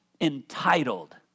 entitled